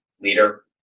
leader